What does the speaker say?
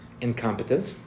incompetent